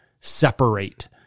separate